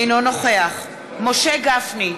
אינו נוכח משה גפני,